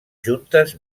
juntes